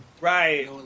right